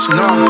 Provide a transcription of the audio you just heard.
no